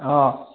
অঁ